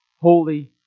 holy